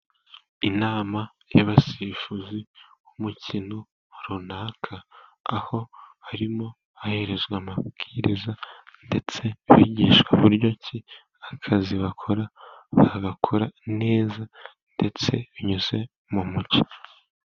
Inama y'abasifuzi b'umukino runaka, aho harimo bahabwa amabwiriza, ndetse bigishwa buryo ki akazi bakora bagakora neza, ndetse binyuze mu mucyo.